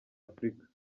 afurika